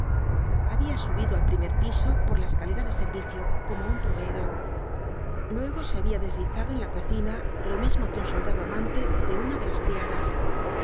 había subido al primer piso por la escalera de servicio como un proveedor luego se había deslizado en la cocina lo mismo que un soldado amante de una de las criadas